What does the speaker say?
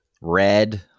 Red